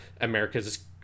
America's